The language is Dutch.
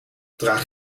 draag